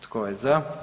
Tko je za?